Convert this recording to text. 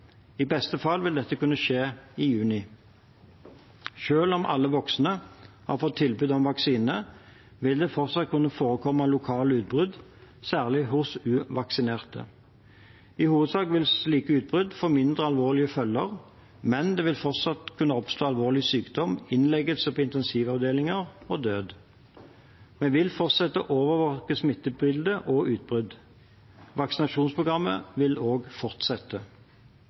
I beste fall vil dette kunne skje i juni. Selv om alle voksne har fått tilbud om vaksine, vil det fortsatt kunne forekomme lokale utbrudd, særlig hos uvaksinerte. I hovedsak vil slike utbrudd få mindre alvorlige følger, men det vil fortsatt kunne oppstå alvorlig sykdom, innleggelse på intensivavdeling og død. Vi vil fortsette å overvåke smittebildet og utbrudd. Vaksinasjonsprogrammet vil også fortsette.